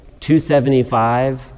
275